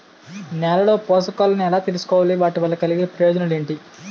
నేలలో పోషకాలను ఎలా తెలుసుకోవాలి? వాటి వల్ల కలిగే ప్రయోజనాలు ఏంటి?